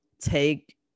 take